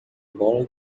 bola